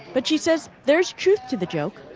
but she said, there is truth to the joke,